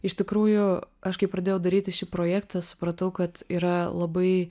iš tikrųjų aš kai pradėjau daryti šį projektą supratau kad yra labai